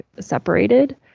separated